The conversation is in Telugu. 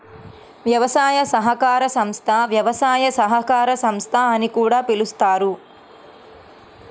వ్యవసాయ సహకార సంస్థ, వ్యవసాయ సహకార సంస్థ అని కూడా పిలుస్తారు